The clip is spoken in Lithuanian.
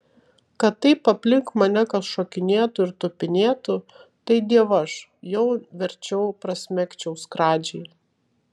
kad taip aplink mane kas šokinėtų ir tupinėtų tai dievaž jau verčiau prasmegčiau skradžiai